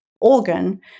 organ